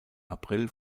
april